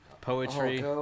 poetry